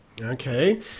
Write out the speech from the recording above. Okay